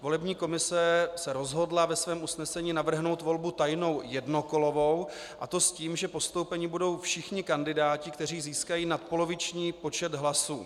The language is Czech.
Volební komise se rozhodla ve svém usnesení navrhnout volbu tajnou jednokolovou, a to s tím, že postoupeni budou všichni kandidáti, kteří získají nadpoloviční počet hlasů.